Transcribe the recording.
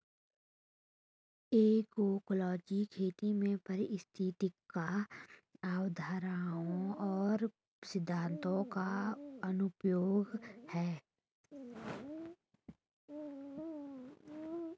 agroecology खेती में पारिस्थितिक अवधारणाओं और सिद्धांतों का अनुप्रयोग है